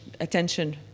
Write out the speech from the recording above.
attention